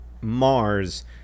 Mars